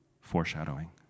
Foreshadowing